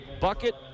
Bucket